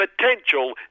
potential